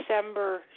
December